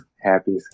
happy